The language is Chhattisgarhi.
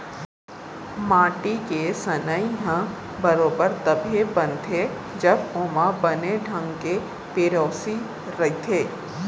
माटी के सनई ह बरोबर तभे बनथे जब ओमा बने ढंग के पेरौसी रइथे